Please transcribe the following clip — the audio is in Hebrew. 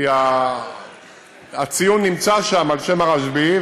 כי הציון נמצא שם על שם הרשב"י,